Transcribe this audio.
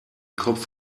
kopf